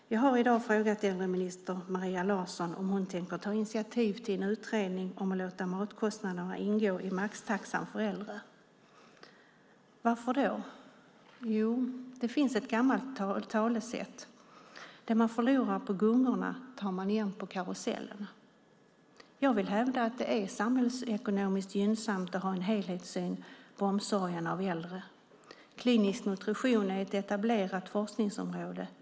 Jag har i dag frågat äldreminister Maria Larsson om hon tänker ta initiativ till en utredning om att låta matkostnaderna ingå i maxtaxan för äldre. Varför det? Jo, det finns ett gammalt talesätt: Det man förlorar på gungorna tar man igen på karusellen. Jag vill hävda att det är samhällsekonomiskt gynnsamt att ha en helhetssyn på omsorgen om äldre. Klinisk nutrition är ett etablerat forskningsområde.